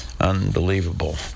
Unbelievable